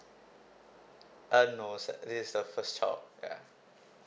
uh no se~ this is the first child yeah